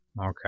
Okay